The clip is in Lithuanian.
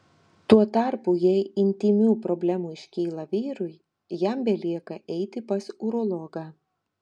tuo tarpu jei intymių problemų iškyla vyrui jam belieka eiti pas urologą